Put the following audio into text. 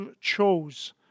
chose